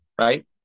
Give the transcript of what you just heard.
right